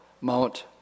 Mount